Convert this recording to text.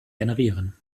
generieren